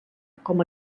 com